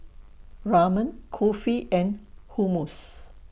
Ramen Kulfi and Hummus